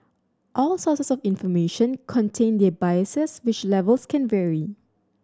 all sources of information contain their biases which levels can vary